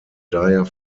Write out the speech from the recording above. daher